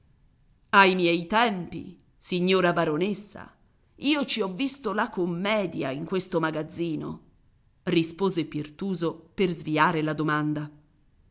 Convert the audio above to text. ai miei tempi signora baronessa io ci ho visto la commedia in questo magazzino rispose pirtuso per sviare la domanda